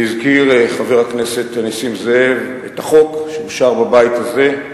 והזכיר חבר הכנסת נסים זאב את החוק שאושר בבית הזה,